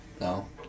No